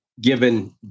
given